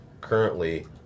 currently